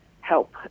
help